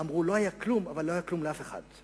אמרו: לא היה כלום, אבל לא היה כלום לאף אחד.